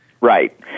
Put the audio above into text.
right